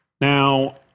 Now